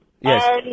yes